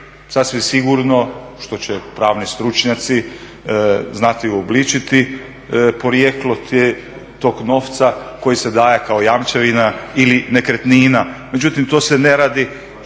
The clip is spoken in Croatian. sasvim sigurno, što će pravni stručnjaci znati uobličiti, porijeklo tog novca koji se daje kao jamčevina ili nekretnina. Međutim to se ne radi,